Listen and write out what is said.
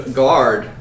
guard